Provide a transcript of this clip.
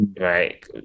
right